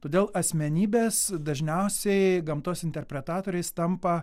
todėl asmenybės dažniausiai gamtos interpretatoriais tampa